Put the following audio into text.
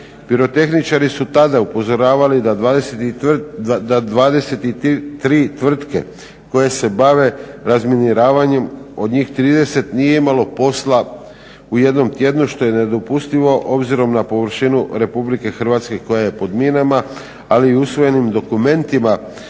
Pirotehničari su tada upozoravali da 23 tvrtke koje se bave razminiravanjem od njih 30 nije imalo posla u jednom tjednu, što je nedopustivo obzirom na površinu RH koja je pod minama, ali i usvojenim dokumentima